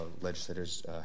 legislators